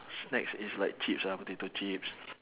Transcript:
snacks is like chips ah potato chips